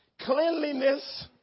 Cleanliness